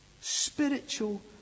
Spiritual